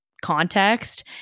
context